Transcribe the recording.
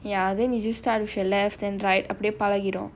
ya then you just start with your left then right அப்டியே பழகிடும்:apdiyae pazhakidum